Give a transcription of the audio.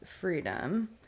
freedom